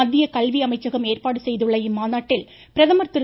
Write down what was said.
மத்திய கல்வி அமைச்சகம்ஏற்பாடு செய்துள்ள இம்மாநாட்டில் பிரதமர் திரு